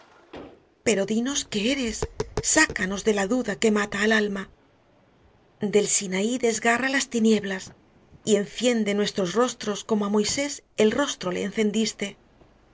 pero dínos que eres sácanos de la duda que mata al alma del sinaí desgarra las tinieblas y enciende nuestros rostros como á moisés el rostro le encendiste